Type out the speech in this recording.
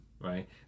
right